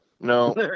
No